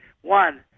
one